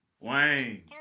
Wayne